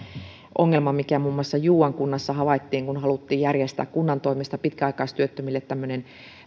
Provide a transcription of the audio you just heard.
ongelman mikä muun muassa juuan kunnassa havaittiin kun haluttiin järjestää kunnan toimesta pitkäaikaistyöttömille tämmöiset